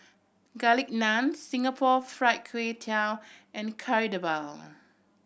Garlic Naan Singapore Fried Kway Tiao and Kari Debal